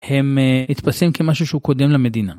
הם נתפסים כמשהו שהוא קודם למדינה.